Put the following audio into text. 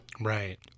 Right